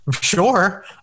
sure